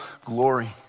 glory